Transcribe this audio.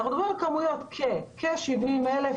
אנחנו מדברים על כמויות בערך כ-70,000,